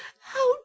how